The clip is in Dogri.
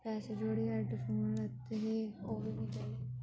पैसे जोड़ियै हैडफोन लैते हे ओह् बी नी चले